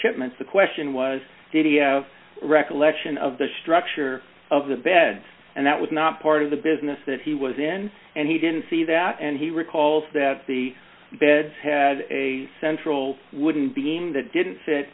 shipments the question was did he have recollection of the structure of the beds and that was not part of the business that he was in and he didn't see that and he recalls that the beds had a central wooden beam that didn't fit